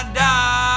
die